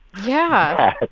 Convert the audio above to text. yeah.